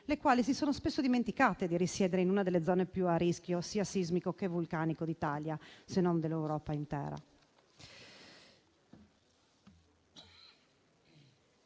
le quali si sono spesso dimenticate di risiedere in una delle zone più a rischio sia sismico che vulcanico d'Italia, se non dell'Europa intera.